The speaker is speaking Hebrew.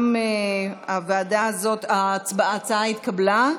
ההצעה התקבלה,